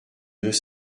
deux